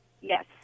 Yes